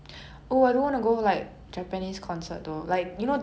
orh like their concert etiquette